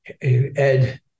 Ed